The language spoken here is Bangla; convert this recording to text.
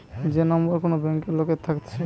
যে নম্বর কোন ব্যাংকে লোকের থাকতেছে